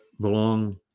belong